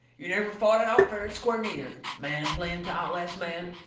you never fought it out fair and square, neither, man playing to outlast man,